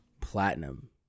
Platinum